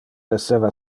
esseva